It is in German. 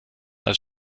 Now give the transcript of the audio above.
als